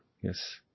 Yes